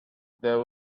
there